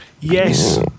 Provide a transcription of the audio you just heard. yes